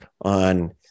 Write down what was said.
on